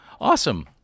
awesome